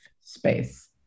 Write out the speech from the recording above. space